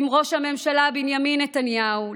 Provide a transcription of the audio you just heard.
עם ראש הממשלה בנימין נתניהו,